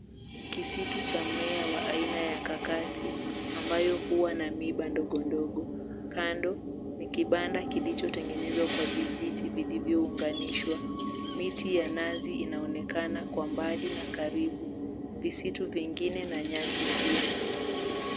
Kisitu cha mmea wa aina ya kakasi ambayo huwa na miiba ndogo ndogo. Kando ni kibanda kilichotengenezwa kwa vijiti vilivyounganishwa. Miti ya nazi inaonekana kwa mbali na karibu, visitu vingine na nyasi pia.